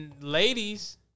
ladies